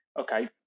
Okay